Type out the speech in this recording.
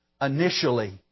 initially